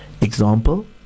Example